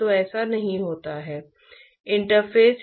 तो आप देखेंगे कि कई ताप विनिमायक हैं